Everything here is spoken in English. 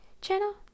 channel